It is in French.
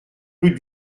rue